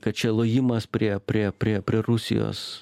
kad čia lojimas prie prie prie prie rusijos